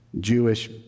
Jewish